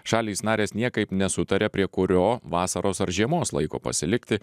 šalys narės niekaip nesutaria prie kurio vasaros ar žiemos laiko pasilikti